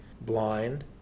blind